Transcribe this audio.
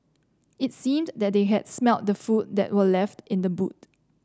it seemed that they had smelt the food that were left in the boot